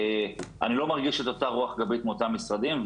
אני לא מרגיש את אותה רוח גבית מאותם משרדים.